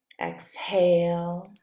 Exhale